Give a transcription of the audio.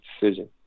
decision